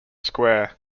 square